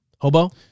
Hobo